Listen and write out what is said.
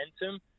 momentum